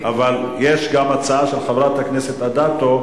אבל יש גם הצעה של חברת הכנסת אדטו,